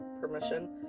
permission